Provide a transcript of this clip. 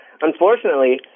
unfortunately